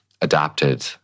adapted